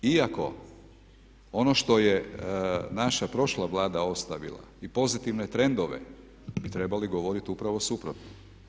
Iako ono što je naša prošla Vlada ostavila i pozitivne trendove bi trebali govoriti upravo suprotno.